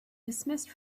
dismissed